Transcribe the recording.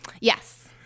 Yes